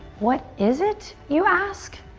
what is it you ask?